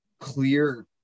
clear